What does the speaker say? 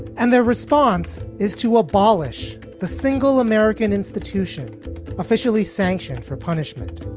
and their response is to abolish the single american institution officially sanctioned for punishment.